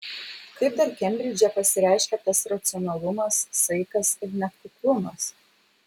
kaip dar kembridže pasireiškia tas racionalumas saikas ir net kuklumas